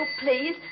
please